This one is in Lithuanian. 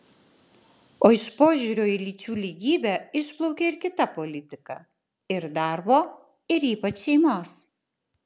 o iš požiūrio į lyčių lygybę išplaukia ir kita politika ir darbo ir ypač šeimos